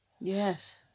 Yes